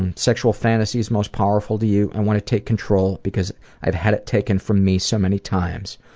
and sexual fantasies most powerful to you, i wanna take control because i've had it taken from me so many times.